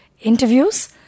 interviews